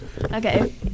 okay